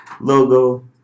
logo